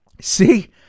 See